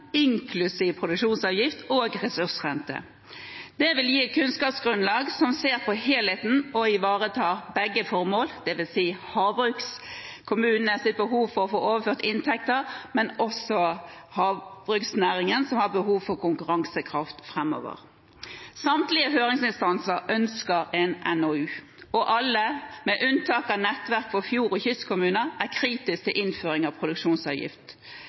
inklusiv produksjonsavgift og ressursrente. Det vil gi et kunnskapsgrunnlag som ser på helheten og ivaretar begge formål, det vil si havbrukskommunenes behov for å få overført inntekter, men også at havbruksnæringen har behov for konkurransekraft framover. Samtlige høringsinstanser ønsker en NOU, og alle, med unntak av Nettverk for fjord- og kystkommuner, er kritiske til innføring av produksjonsavgift.